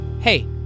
Hey